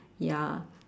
ya